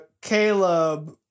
Caleb